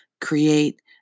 create